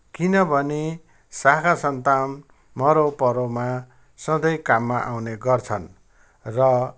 किनभने साखा सन्तान मरौपरौमा सधैँ काममा आउने गर्छन् र